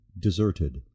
deserted